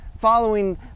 following